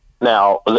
now